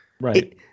Right